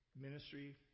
Ministry